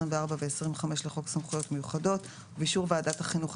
24 ו-25 לחוק סמכויות מיוחדות ובאישור ועדת החינוך,